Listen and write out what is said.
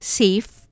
safe